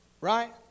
right